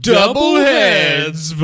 Doubleheads